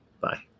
bye